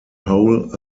whole